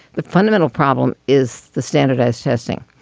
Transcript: the fundamental problem is the standardized testing.